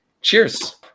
Cheers